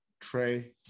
Trey